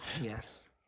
yes